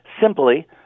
simply